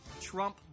Trump